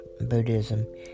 Buddhism